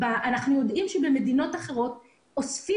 אנחנו יודעים שבמדינות אחרות אוספים